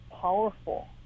powerful